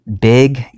big